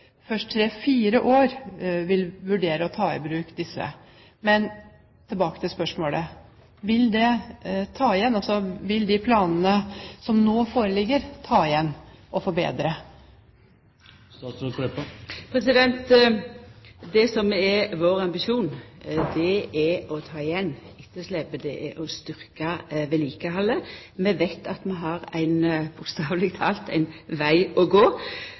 først om tre–fire år vil vurdere å ta i bruk disse? Men tilbake til spørsmålet: Vil de planene som nå foreligger, ta igjen etterslepet og forbedre forholdene? Det som er vår ambisjon, er å ta igjen etterslepet, og det er å styrkja vedlikehaldet. Vi veit at vi – bokstaveleg talt – har ein veg å gå